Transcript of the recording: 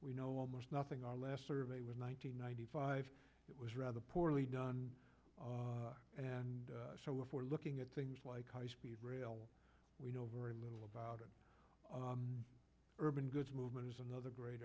we know almost nothing our last survey was one hundred ninety five it was rather poorly done and so if we're looking at things like high speed rail we know very little about it urban goods movement is another great